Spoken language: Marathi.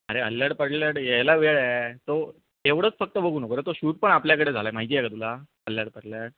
अरे अल्याड पल्याड यायला वेळ आहे तो एवढंच फक्त बघू नको रे तो शूट पण आपल्याकडे झाला आहे माहिती आहे का तुला अल्याड पल्याड